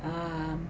um